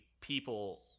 people